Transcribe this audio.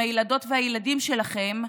עם הילדות והילדים שלכם,